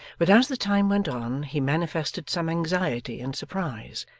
but as the time went on, he manifested some anxiety and surprise,